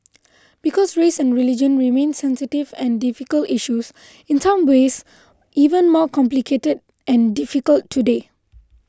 because race and religion remain sensitive and difficult issues in some ways even more complicated and difficult today